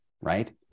right